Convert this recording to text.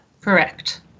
Correct